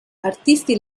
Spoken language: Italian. artisti